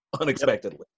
unexpectedly